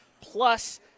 plus